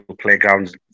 playgrounds